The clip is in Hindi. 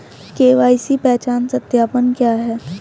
के.वाई.सी पहचान सत्यापन क्या है?